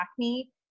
acne